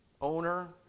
Owner